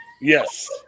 Yes